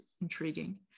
intriguing